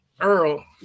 Earl